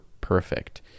perfect